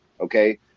okay